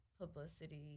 publicity